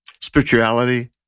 spirituality